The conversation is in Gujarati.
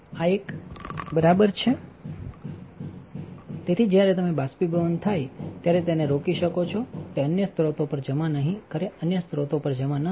તેથી રોટરી ખિસ્સા આ એક ieldાલ છે તેથી જ્યારે તમે બાષ્પીભવન થાય ત્યારે તેને રોકી શકો છો તે અન્ય સ્રોતો પર જમા નહીં કરે અન્ય સ્રોતો પર જમા ન થાય